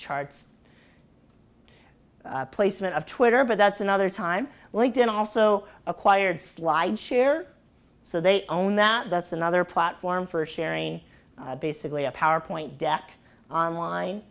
charts placement of twitter but that's another time linked in also acquired slide share so they own that that's another platform for sharing basically a power point deck online